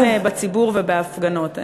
בין היתר כאן בכנסת, וגם בציבור, ובהפגנות.